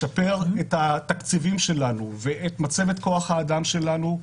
לשפר את התקציבים שלנו ואת מצבת כוח האדם שלנו,